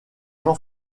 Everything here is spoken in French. jean